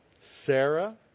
Sarah